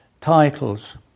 titles